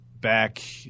back